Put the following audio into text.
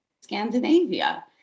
Scandinavia